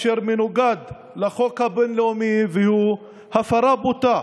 אשר מנוגד לחוק הבין-לאומי והוא הפרה בוטה